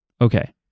Okay